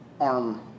arm